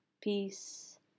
peace